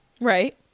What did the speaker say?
right